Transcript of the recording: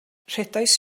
rhedais